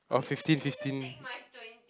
or fifteen fifteen